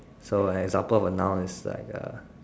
so an example of a noun is like a